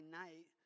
night